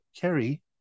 Carrie